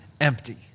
empty